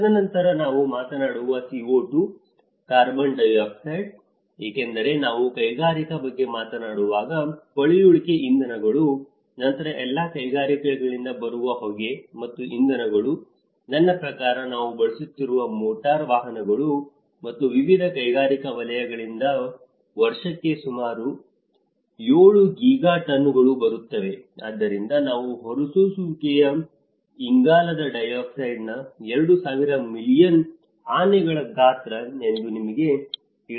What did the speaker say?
ತದನಂತರ ನಾವು ಮಾತನಾಡುವ CO2 ಕಾರ್ಬನ್ ಡೈಆಕ್ಸೈಡ್ ಏಕೆಂದರೆ ನಾವು ಕೈಗಾರಿಕಾ ಬಗ್ಗೆ ಮಾತನಾಡುವಾಗ ಪಳೆಯುಳಿಕೆ ಇಂಧನಗಳು ನಂತರ ಎಲ್ಲಾ ಕೈಗಾರಿಕೆಗಳಿಂದ ಬರುವ ಹೊಗೆ ಮತ್ತು ಇಂಧನಗಳು ನನ್ನ ಪ್ರಕಾರ ನಾವು ಬಳಸುತ್ತಿರುವ ಮೋಟಾರು ವಾಹನಗಳು ಮತ್ತು ವಿವಿಧ ಕೈಗಾರಿಕಾ ವಲಯಗಳಿಂದ ವರ್ಷಕ್ಕೆ ಸುಮಾರು 7 ಗಿಗಾ ಟನ್ಗಳು ಬರುತ್ತಿವೆ ಅಂದರೆ ನಾವು ಹೊರಸೂಸುತ್ತಿರುವ ಇಂಗಾಲದ ಡೈಆಕ್ಸೈಡ್ನ 2000 ಮಿಲಿಯನ್ ಆನೆಗಳ ಗಾತ್ರ ಎಂದು ನಿಮಗೆ ತಿಳಿದಿದೆ